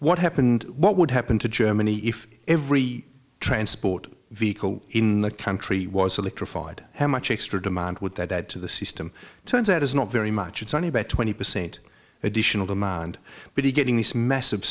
what happened what would happen to germany if every transport vehicle in the country was electrified how much extra demand would that to the system turns out is not very much it's only about twenty percent additional demand but he getting these massive